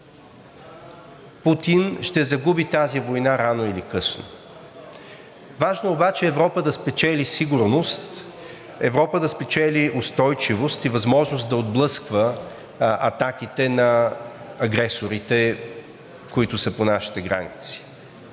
Путин ще загуби тази война рано или късно. Важно е обаче Европа да спечели сигурност, Европа да спечели устойчивост и възможност да отблъсква атаките на агресорите, които са по нашите граници.